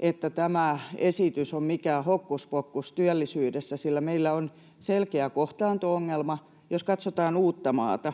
että tämä esitys on mikään hokkuspokkus työllisyydessä, sillä meillä on selkeä kohtaanto-ongelma. Jos katsotaan Uuttamaata,